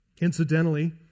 Incidentally